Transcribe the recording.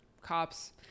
cops